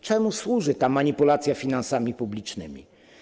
Czemu służy ta manipulacja finansami publicznymi?